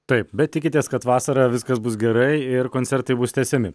taip bet tikitės kad vasarą viskas bus gerai ir koncertai bus tęsiami